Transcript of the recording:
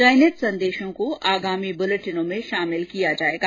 चयनित संदेशों को आगामी बुलेटिनों में शामिल किया जाएगा